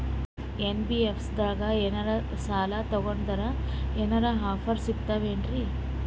NBFC ದಾಗ ಏನ್ರ ಸಾಲ ತೊಗೊಂಡ್ನಂದರ ಏನರ ಆಫರ್ ಸಿಗ್ತಾವೇನ್ರಿ?